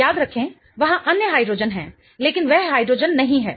याद रखें वहां अन्य हाइड्रोजेन हैं लेकिन वह हाइड्रोजन नहीं है